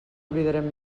oblidarem